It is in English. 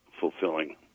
fulfilling